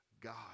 God